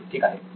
नितीन ठीक आहे